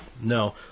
No